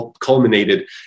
culminated